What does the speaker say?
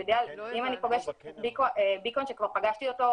ביקון שכבר פגשתי אותו,